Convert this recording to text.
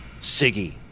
Siggy